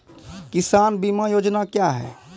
किसान बीमा योजना क्या हैं?